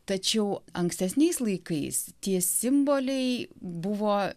tačiau ankstesniais laikais tie simboliai buvo